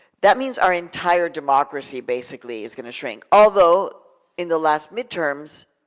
that means our entire democracy basically is gonna shrink. although in the last midterms,